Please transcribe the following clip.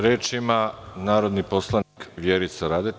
Reč ima narodni poslanik Vjerica Radeta.